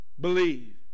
Believe